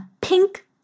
pink